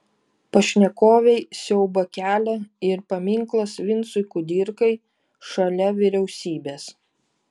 pašnekovei siaubą kelia ir paminklas vincui kudirkai šalia vyriausybės